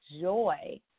joy